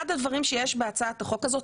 אחד הדברים שיש בהצעת החוק הזאת,